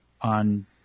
on